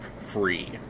free